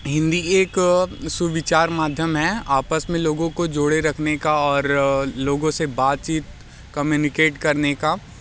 हिंदी एक सुविचार माध्यम है आपस में लोगों को जोड़े रखने का और लोगों से बातचीत कम्यूनिकेट करने का